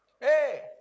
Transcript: Hey